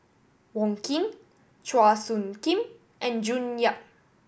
Wong Keen Chua Soo Khim and June Yap